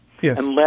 Yes